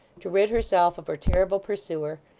to rid herself of her terrible pursuer,